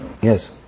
Yes